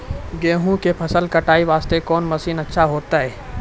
गेहूँ के फसल कटाई वास्ते कोंन मसीन अच्छा होइतै?